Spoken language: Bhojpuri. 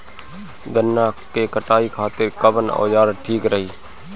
गन्ना के कटाई खातिर कवन औजार ठीक रही?